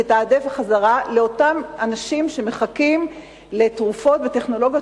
תתעדף חזרה לאותם אנשים שמחכים לתרופות וטכנולוגיות